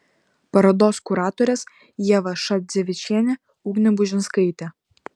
parodos kuratorės ieva šadzevičienė ugnė bužinskaitė